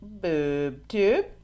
BoobTube